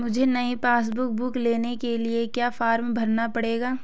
मुझे नयी passbook book लेने के लिए क्या फार्म भरना पड़ेगा?